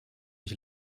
ich